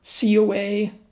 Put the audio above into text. COA